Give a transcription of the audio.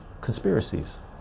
conspiracies